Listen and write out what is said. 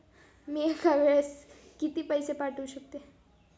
मी एका वेळेस किती पैसे पाठवू शकतो?